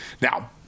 Now